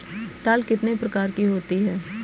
दाल कितने प्रकार की होती है?